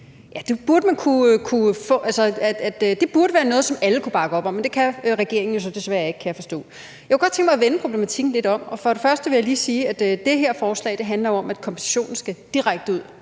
Det burde være noget, som alle kunne bakke op om, men det kan regeringen jo så desværre ikke, kan jeg forstå. Jeg kunne godt tænke mig at vende problematikken lidt om. Først vil jeg lige sige, at det her forslag handler om, at kompensationen skal direkte ud